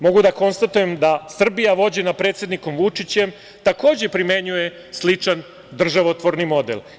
Mogu da konstatujem da Srbija vođena predsednikom Vučićem takođe primenjuje sličan državotvoran model.